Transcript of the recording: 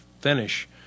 finish